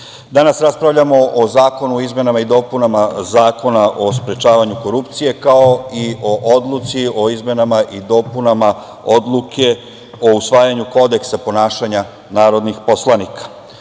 nalazi se Predlog zakona o izmenama i dopunama Zakona o sprečavanju korupcije, kao i Predlog odluke o izmenama i dopunama Odluke o usvajanju Kodeksa ponašanja narodnih poslanika. Na